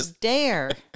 dare